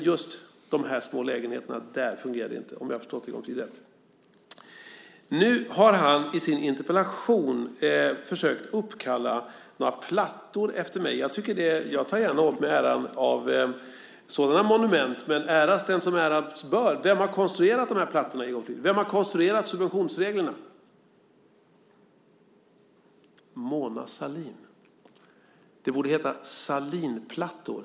Men just när det gäller de här små lägenheterna fungerar inte marknaden, om jag har förstått Egon Frid rätt. Nu har Egon Frid i sin interpellation försökt uppkalla några plattor efter mig. Jag tar gärna åt mig äran av sådana monument, men äras den som äras bör! Vem har konstruerat plattorna, Egon Frid? Vem har konstruerat subventionsreglerna? Det är Mona Sahlin. Det borde heta Sahlinplattor.